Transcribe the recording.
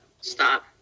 stop